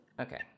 okay